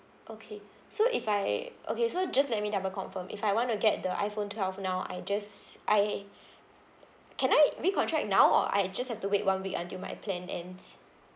okay so if I okay so just let me double confirm if I want to get the iPhone twelve now I just I can I recontract now or I just have to wait one week until my plan ends